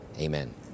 amen